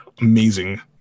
amazing